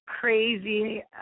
crazy